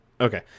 Okay